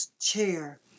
chair